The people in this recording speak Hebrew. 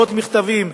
מאות מכתבים,